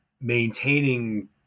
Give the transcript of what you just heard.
maintaining